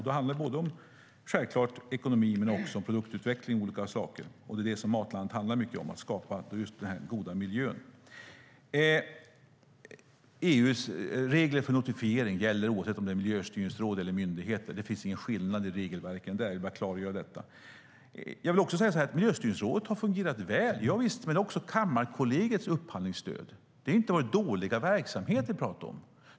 Det handlar då om ekonomi och även om produktutveckling av olika saker. Det är detta som Matlandet Sverige handlar mycket om - att skapa just denna goda miljö. EU:s regler för notifiering gäller oavsett om det är miljöstyrningsråd eller myndigheter. Det finns ingen skillnad i regelverken där; jag vill bara klargöra detta. Miljöstyrningsrådet har fungerat väl - javisst. Men det har också Kammarkollegiets upphandlingsstöd gjort. Det är inte några dåliga verksamheter vi talar om.